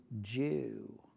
Jew